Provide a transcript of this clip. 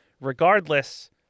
Regardless